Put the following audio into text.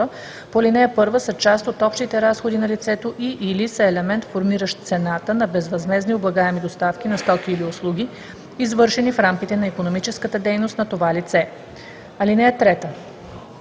по ал. 1 са част от общите разходи на лицето и/или са елемент, формиращ цената на възмездни облагаеми доставки на стоки или услуги, извършени в рамките на икономическата дейност на това лице. (3) Алинея 1